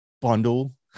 Bundle